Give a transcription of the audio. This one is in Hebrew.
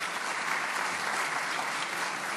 (מחיאות כפיים)